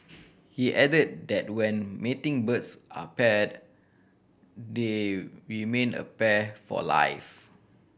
he added that when mating birds are paired they remain a pair for life